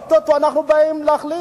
או-טו-טו אנחנו באים להחליט,